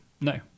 No